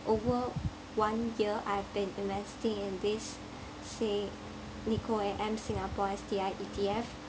over one year I have been investing in this say nikko A_M singapore S_T_I E_T_F